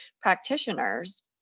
practitioners